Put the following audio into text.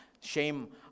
Shame